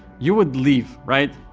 you would leave, right?